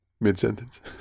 Mid-sentence